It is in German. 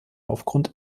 aufgrund